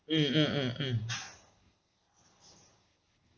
mm mm mm mm